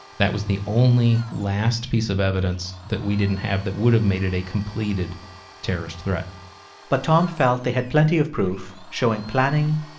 that was the only last piece of evidence that we didn't have that would have made it a completed terrorist threat but tom felt they had plenty of proof showing planning,